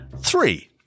Three